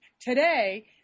today